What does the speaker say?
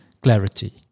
Clarity